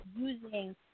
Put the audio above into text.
using